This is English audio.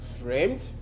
Framed